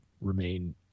remain